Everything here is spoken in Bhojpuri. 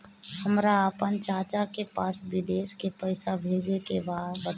हमरा आपन चाचा के पास विदेश में पइसा भेजे के बा बताई